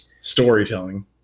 storytelling